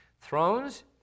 Thrones